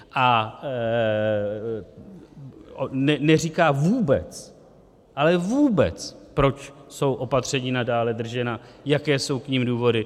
A neříká vůbec, ale vůbec, proč jsou opatření nadále držena, jaké jsou k nim důvody.